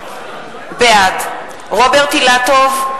בעד רוברט אילטוב,